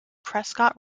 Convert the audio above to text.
prescott